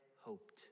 hoped